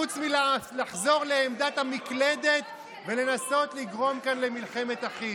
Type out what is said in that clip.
חוץ מלחזור לעמדת המקלדת ולנסות לגרום כאן למלחמת אחים.